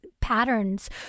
patterns